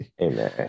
Amen